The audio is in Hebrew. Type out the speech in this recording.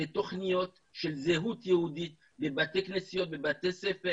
לתוכניות של זהות יהודית בבתי כנסת ובבתי ספר